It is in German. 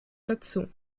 dazu